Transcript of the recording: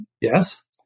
yes